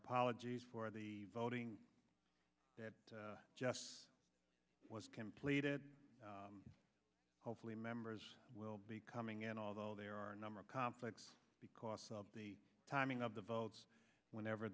apologies for the voting that was completed hopefully members will be coming and although there are a number of complex because of the timing of the votes whenever